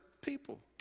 people